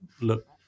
look